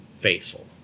faithful